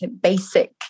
basic